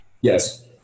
yes